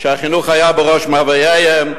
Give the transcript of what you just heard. שהחינוך היה בראש מאווייהם,